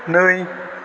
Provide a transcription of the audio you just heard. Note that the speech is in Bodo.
नै